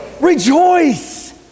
rejoice